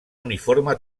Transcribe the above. uniforme